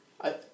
I-